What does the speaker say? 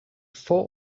four